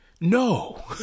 no